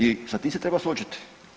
I sa tim se treba suočiti.